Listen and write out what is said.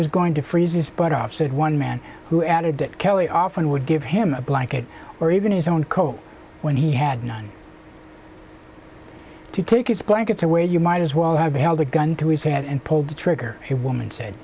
was going to freeze but off said one man who added that kelly often would give him a blanket or even his own coat when he had none to take his blankets away you might as well have held a gun to his head and pulled the trigger a woman said